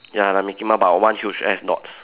ya like mickey mouse but one huge ass dots